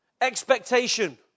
Expectation